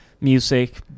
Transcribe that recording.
music